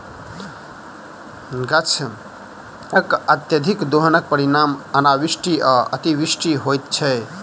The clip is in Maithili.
गाछकअत्यधिक दोहनक परिणाम अनावृष्टि आ अतिवृष्टि होइत छै